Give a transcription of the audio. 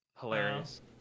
Hilarious